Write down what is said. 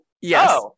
Yes